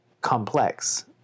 complex